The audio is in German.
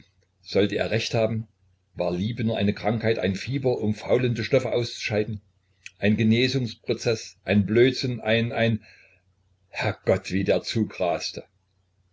sollte er recht haben war liebe nur eine krankheit ein fieber um faulende stoffe auszuscheiden ein genesungsprozeß ein blödsinn ein ein herrgott wie der zug raste